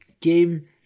game